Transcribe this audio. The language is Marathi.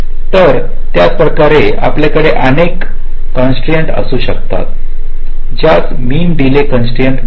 तर त्याच प्रकारे आपल्या कडे आणखी एक कंस्ट्रेंट असू शकतात ज्यास मीन डीले कनस्टरेंट म्हणतात